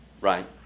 right